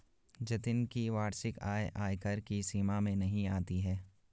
जतिन की वार्षिक आय आयकर की सीमा में नही आती है